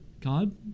God